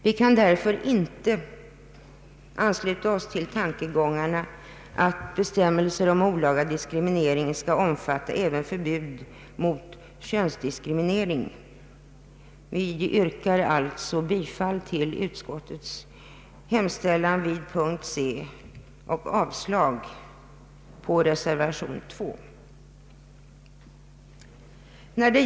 Vi kan därför inte ansluta oss till tankegången att bestämmelser om olaga diskriminering skall omfatta även könsdiskriminering. Vi yrkar alltså bifall till utskottets hemställan vid punkten C och avslag på reservation 2.